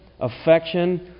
affection